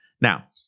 Now